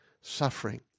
suffering